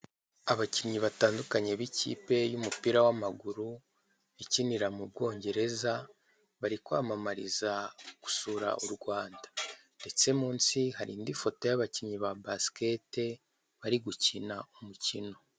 Abakinnyi batandukanye n'ikipe y'umupira w'amaguru ikinira mu Bwongereza, bari kwamamariza gusura u Rwanda, ndetse munsi hari n'ifoto y'abakinnyi ba basiketi bari gukina umukino.